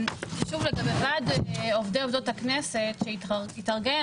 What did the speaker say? בוועד עובדי הכנסת שהתארגן,